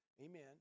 Amen